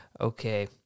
Okay